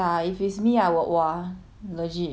legit I would rather find myself you know